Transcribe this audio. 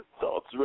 Thoughts